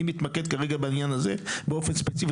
אני מתמקד כרגע בעניין הזה באופן ספציפי,